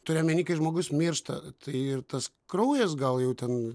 turiu omeny kai žmogus miršta tai ir tas kraujas gal jau ten